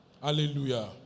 Hallelujah